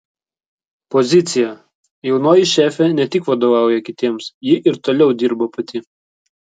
pozicija jaunoji šefė ne tik vadovauja kitiems ji ir toliau dirba pati